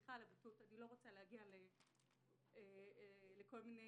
סליחה על הבוטות, אני לא רוצה להגיע לכל מיני